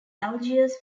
algiers